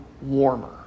warmer